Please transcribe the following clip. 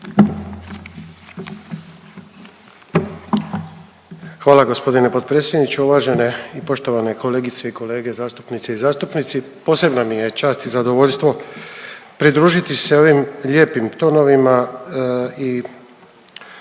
Hvala g. potpredsjedniče. Uvažene i poštovane kolegice i kolege zastupnice i zastupnici. Posebna mi je čast i zadovoljstvo pridružiti se ovim lijepim tonovima i